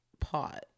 pot